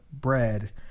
bread